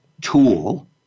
tool